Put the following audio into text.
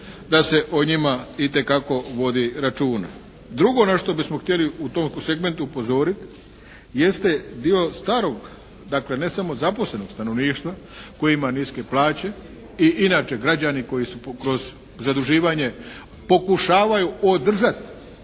da se o njima itekako vodi računa. Drugo na što bismo htjeli u tom segmentu upozoriti jeste dio starog, dakle ne samo zaposlenog stanovništva koji ima niske plaće i inače građani koji su kroz zaduživanje pokušavaju održati